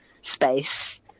space